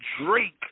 Drake